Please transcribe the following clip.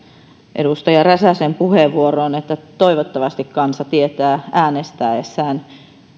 edustaja räsäsen puheenvuoroon toivottavasti kansa tietää äänestäessään